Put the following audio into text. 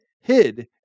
hid